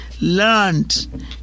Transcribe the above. learned